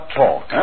talk